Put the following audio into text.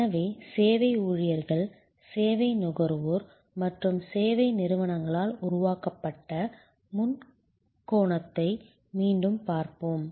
எனவே சேவை ஊழியர்கள் சேவை நுகர்வோர் மற்றும் சேவை நிறுவனங்களால் உருவாக்கப்பட்ட முக்கோணத்தை மீண்டும் பார்ப்போம்